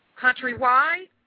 Countrywide